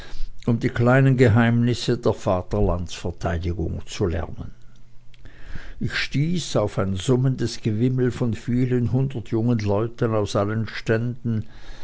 um die kleinen geheimnisse der vaterlandsverteidigung zu lernen ich stieß auf ein summendes gewimmel von vielen hundert jungen leuten aus allen ständen